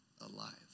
alive